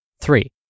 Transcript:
Three